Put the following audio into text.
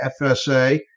FSA